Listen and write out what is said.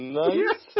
nice